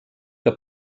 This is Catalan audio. que